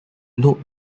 note